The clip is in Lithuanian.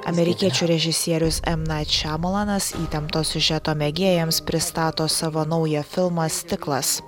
amerikiečių režisierius em nait šemalanas įtempto siužeto mėgėjams pristato savo naują filmą stiklas